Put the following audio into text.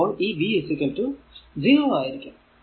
അപ്പോൾ ഈ v 0 ആയിരിക്കും